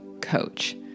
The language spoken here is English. coach